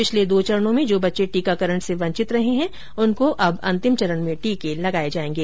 पिछले दो चरणों में जो बच्चे टीकारण से वंचित रहे हैं उनको अब अंतिम चरण में टीके लगाये जायेगें